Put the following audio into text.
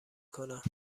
کنم